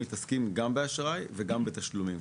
מתעסקים גם באשראי וגם בתשלומים.